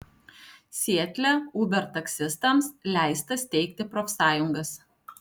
sietle uber taksistams leista steigti profsąjungas